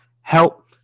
Help